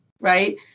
right